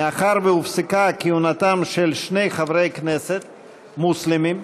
מאחר שהופסקה כהונתם של שני חברי כנסת מוסלמים,